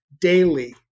daily